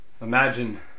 imagine